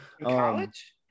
college